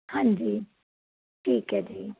ਹਾਂਜੀ ਠੀਕ ਹੈ ਜੀ